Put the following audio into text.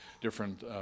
different